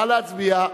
נא להצביע.